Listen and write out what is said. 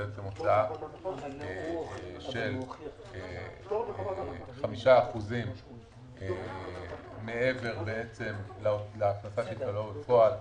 הוצאה של 5% מעבר להכנסה שהתקבלה בפועל,